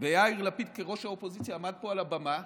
ויאיר לפיד כראש האופוזיציה עמד פה על הבמה,